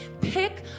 pick